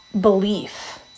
belief